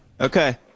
Okay